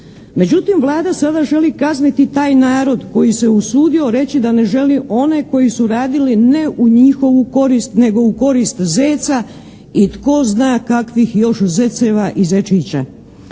Međutim, Vlada sada želi kazniti taj narod koji se usudio reći da ne želi one koji su radili ne u njihovu korist nego u korist Zeca i tko zna kakvih još zeceva i zečića.